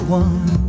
one